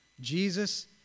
Jesus